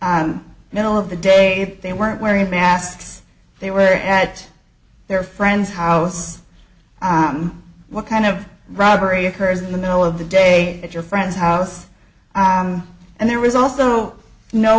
was middle of the day they weren't wearing masks they were at their friend's house what kind of robbery occurs in the middle of the day at your friend's house and there was also no